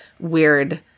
weird